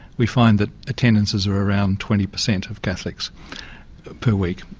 we find that attendances are around twenty per cent of catholics per week.